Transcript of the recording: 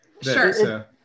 Sure